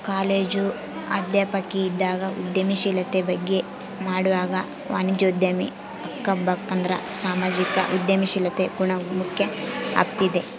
college ಅಧ್ಯಾಪಕಿ ಇದ್ದಾಗ ಉದ್ಯಮಶೀಲತೆ ಬಗ್ಗೆ ಮಾಡ್ವಾಗ ವಾಣಿಜ್ಯೋದ್ಯಮಿ ಆಬಕಂದ್ರ ಸಾಮಾಜಿಕ ಉದ್ಯಮಶೀಲತೆ ಗುಣ ಮುಖ್ಯ ಅಂಬ್ತಿದ್ದೆ